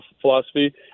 philosophy